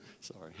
sorry